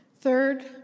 Third